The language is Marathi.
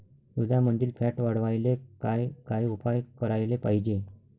दुधामंदील फॅट वाढवायले काय काय उपाय करायले पाहिजे?